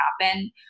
happen